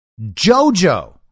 Jojo